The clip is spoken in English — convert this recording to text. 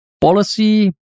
policy